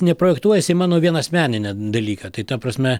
neprojektuojasi į mano vien asmeninę dalyką tai ta prasme